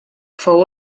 fou